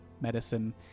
medicine